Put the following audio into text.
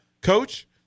Coach